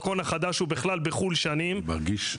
דרכון והוא לא בא להגיד לי שהוא החליף דרכון,